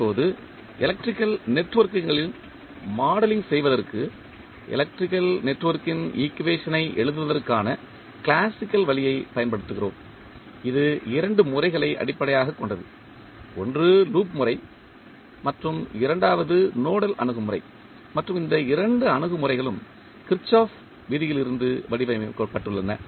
இப்போது எலக்ட்ரிக்கல் நெட்வொர்க்குகளின் மாடலிங் செய்வதற்கு எலக்ட்ரிக்கல் நெட்வொர்க்கின் ஈக்குவேஷன் ஐ எழுதுவதற்கான கிளாசிக்கல் வழியைப் பயன்படுத்துகிறோம் இது இரண்டு முறைகளை அடிப்படையாகக் கொண்டது ஒன்று லூப் முறை மற்றும் இரண்டாவது நோடல் அணுகுமுறை மற்றும் இந்த இரண்டு அணுகுமுறைகளும் கிர்ச்சோஃப் விதியிலிருந்து வடிவமைக்கப்பட்டுள்ளன